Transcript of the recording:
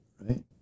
Right